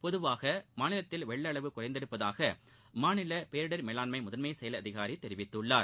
பொதுவாக மாநிலத்தில் வெள்ள அளவு குறைந்திருப்பதாக மாநில பேரிடர் மேலாண்மை முதன்மை செயல் அதிகாரி தெரிவித்துள்ளார்